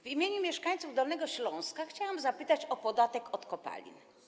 W imieniu mieszkańców Dolnego Śląska chciałam zapytać o podatek od kopalin.